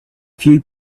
few